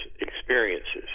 experiences